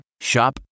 Shop